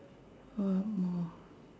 one more